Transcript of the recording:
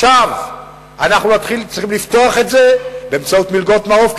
עכשיו אנחנו צריכים לפתוח את זה באמצעות מלגות מעו"ף,